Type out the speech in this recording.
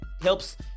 helps